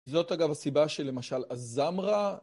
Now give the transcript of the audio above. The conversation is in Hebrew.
זאת אגב הסיבה שלמשל הזמרה.